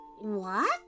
What